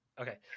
Okay